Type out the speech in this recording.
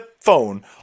phone